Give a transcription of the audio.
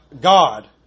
God